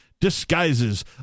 disguises